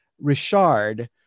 Richard